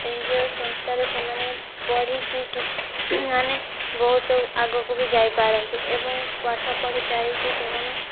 NGO ସଂସ୍ଥାରେ ସେମାନେ ପଢ଼ିକି ମାନେ ବହୁତ ଆଗକୁ ବି ଯାଇପାରନ୍ତି ଏବଂ ପାଠ ପଢ଼ିସାରିକି ସେମାନେ